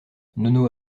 nono